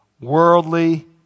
worldly